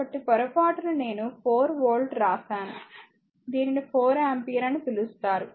కాబట్టి పొరపాటున నేను 4 వోల్ట్ వ్రాసాను దీనిని 4 ఆంపియర్ అని పిలుస్తారు